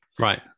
Right